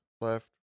left